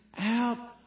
out